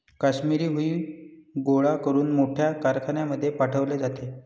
काश्मिरी हुई गोळा करून मोठ्या कारखान्यांमध्ये पाठवले जाते